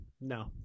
No